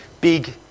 big